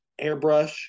airbrush